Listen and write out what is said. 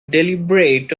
deliberate